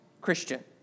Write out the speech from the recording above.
Christian